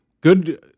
good